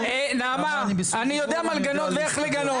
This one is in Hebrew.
-- נעמה אני יודע מה לגנות ואיך לגנות,